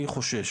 אני חושש,